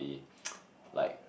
like